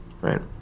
Right